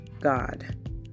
God